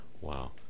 wow